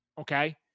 okay